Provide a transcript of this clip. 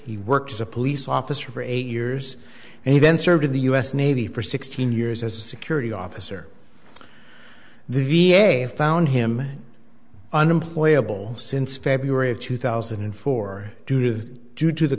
he worked as a police officer for eight years and he then served in the u s navy for sixteen years as a security officer the v a found him unemployable since february of two thousand and four due to due to the